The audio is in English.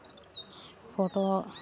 photo